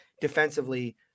defensively